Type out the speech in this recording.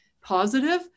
positive